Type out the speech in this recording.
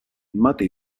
mate